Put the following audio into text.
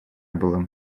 было